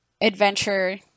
adventure